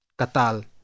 Katal